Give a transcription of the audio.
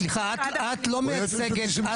סליחה, את לא מייצגת.